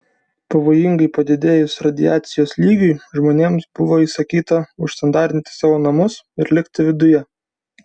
pavojingai padidėjus radiacijos lygiui žmonėms buvo įsakyta užsandarinti savo namus ir likti viduje